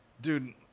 dude